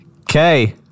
Okay